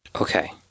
Okay